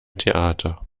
theater